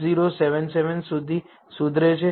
8077 સુધી સુધરે છે